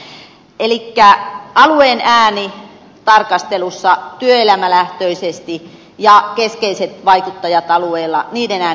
elikkä alueen ääni tarkastelussa työelämälähtöisesti ja alueella keskeisten vaikuttajien ääni kuuluviin